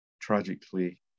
tragically